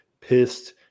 pissed